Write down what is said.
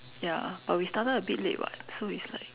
ya but we started a bit late [what] so it's like